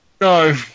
no